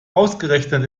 ausgerechnet